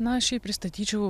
na šiaip pristatyčiau